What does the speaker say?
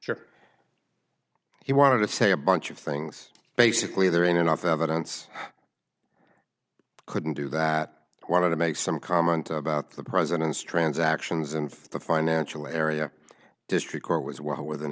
here he wanted to say a bunch of things basically there are enough evidence couldn't do that wanted to make some comment about the president's transactions and the financial area district court was well within